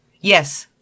Yes